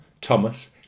Thomas